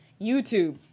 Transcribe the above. youtube